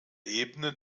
ebene